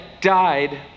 died